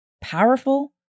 powerful